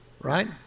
right